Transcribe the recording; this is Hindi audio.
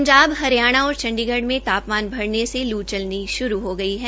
पंजाब हरियाणा और चंडीगढ़ में तापमान बढ़ने से लू चलनी श्रू हो गई है